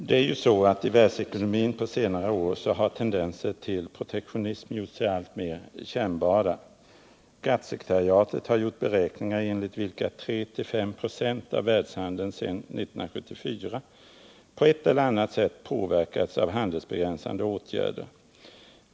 Herr talman! I världsekonomin har på senare år tendenser till protektionism gjort sig alltmer kännbara. GATT-sekretariatet har gjort beräkningar enligt vilka 3-5 96 av världshandeln sedan 1974 på ett eller annat sätt påverkats av handelsbegränsande åtgärder.